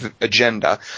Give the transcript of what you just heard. agenda